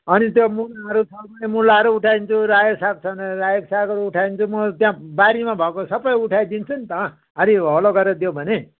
अनि त्यो मुलाहरू छ भने मुलाहरू उठाइदिन्छु रायोको साग छ भने रायोको साग सागहरू उठाइदिन्छु म त्यहाँ बारीमा भएको सबै उठाइदिन्छु नि त अलि होलो गरेर दियो भने